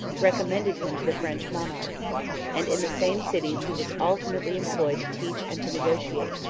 recommended him to the french monarch and in the same cities he was alternately employed to teach and to negotiate.